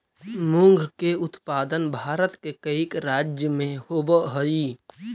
मूंग के उत्पादन भारत के कईक राज्य में होवऽ हइ